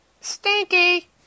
Stinky